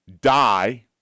die